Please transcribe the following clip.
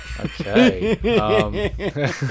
okay